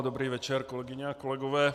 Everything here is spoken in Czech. Dobrý večer, kolegyně a kolegové.